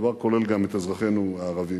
הדבר כולל גם את אזרחינו הערבים.